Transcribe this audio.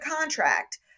contract